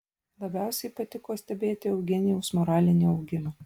labiausiai patiko stebėti eugenijaus moralinį augimą